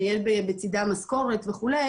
שיש בצידה משכורת וכו',